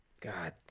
god